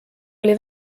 oli